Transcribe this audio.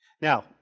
Now